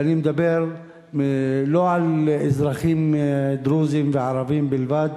ואני מדבר לא על אזרחים דרוזים וערבים בלבד,